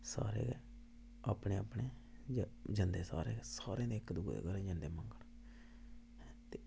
सारे गै अपने अपने जंदे सारे सारें दे गै इक्क दूऐं दे घर जंदे न